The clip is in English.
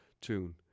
tune